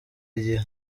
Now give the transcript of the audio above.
gihe